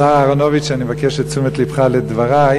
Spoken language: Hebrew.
השר אהרונוביץ, אני מבקש את תשומת לבך לדברי.